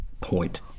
point